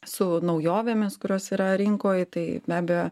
su naujovėmis kurios yra rinkoj tai be abejo